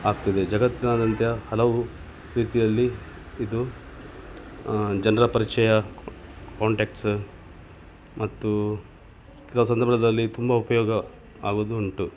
ಆಗ್ತದೆ ಜಗತ್ತಿನಾದ್ಯಂತ ಹಲವು ರೀತಿಯಲ್ಲಿ ಇದು ಜನರ ಪರಿಚಯ ಕಾಂಟೆಕ್ಟ್ಸ್ ಮತ್ತು ಕೆಲವು ಸಂದರ್ಭದಲ್ಲಿ ತುಂಬ ಉಪಯೋಗ ಆಗೋದೂ ಉಂಟು